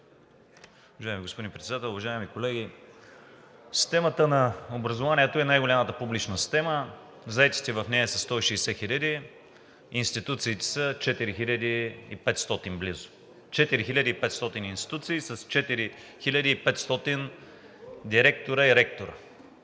Уважаеми господин Председател, уважаеми колеги! Системата на образованието е най-голямата публична система. Заетите в нея са 160 хиляди, институциите са 4500 близо – 4500 институции, с 4500 директори и ректори.